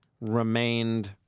remained